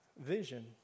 vision